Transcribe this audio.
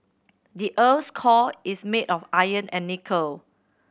the earth's core is made of iron and nickel